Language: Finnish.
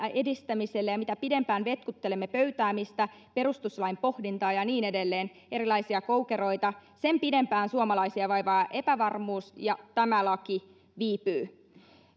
edistämiselle ja mitä pidempään vetkuttelemme pöytäämistä perustuslain pohdintaa ja niin edelleen erilaisia koukeroita sen pidempään suomalaisia vaivaa epävarmuus ja tämä laki viipyy